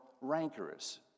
rancorous